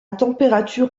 température